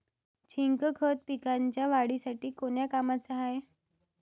Zinc खत पिकाच्या वाढीसाठी कोन्या कामाचं हाये?